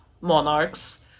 monarchs